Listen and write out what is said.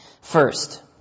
First